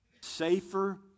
Safer